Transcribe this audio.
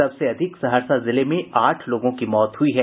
सबसे अधिक सहरसा जिले में आठ लोगों की मौत हुई है